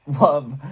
love